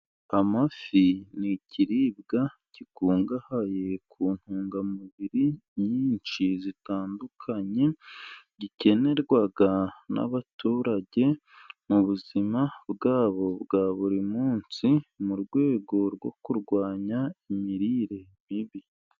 Amafi ni ikiribwa, gikungahaye ku ntungamubiri nyinshi zitandukanye, gikenerwa n'abaturage mu buzima bwabo bwa buri munsi, mu rwego rwo kurwanya imirire mibi.